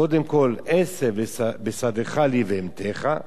קודם כול, עשב בשדך לבהמתך,